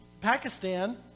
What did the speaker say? Pakistan